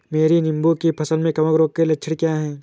मेरी नींबू की फसल में कवक रोग के लक्षण क्या है?